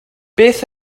beth